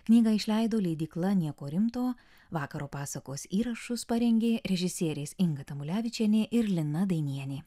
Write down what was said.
knygą išleido leidykla nieko rimto vakaro pasakos įrašus parengė režisierės inga tamulevičienė ir lina dainienė